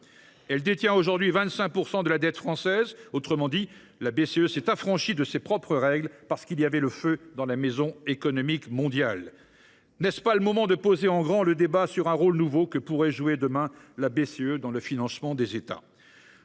Elle détient aujourd’hui 25 % de la dette française. Autrement dit, la BCE s’est affranchie de ses propres règles, parce qu’il y avait le feu dans la maison économique mondiale. N’est ce pas le moment de poser le débat sur un rôle nouveau que pourrait jouer la BCE dans le financement des États ?